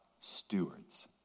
stewards